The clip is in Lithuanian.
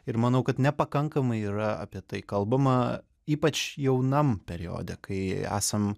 ir manau kad nepakankamai yra apie tai kalbama ypač jaunam periode kai esam